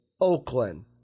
Oakland